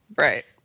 Right